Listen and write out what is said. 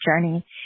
journey